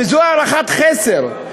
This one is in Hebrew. וזו הערכת חסר,